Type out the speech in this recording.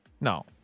no